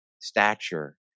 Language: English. stature